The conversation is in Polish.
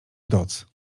doc